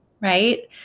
right